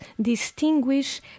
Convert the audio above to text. distinguish